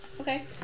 okay